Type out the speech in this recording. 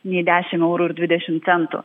nei dešim eurų ir dvidešim centų